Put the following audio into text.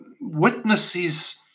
witnesses